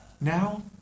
Now